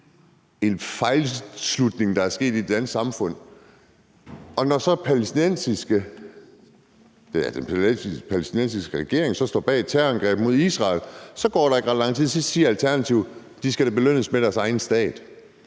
en fejlslutning, der er sket i det danske samfund. Og når så den palæstinensiske regering står bag et terrorangreb mod Israel, går der ikke ret lang tid, så siger Alternativet, at de da skal belønnes med deres egen stat.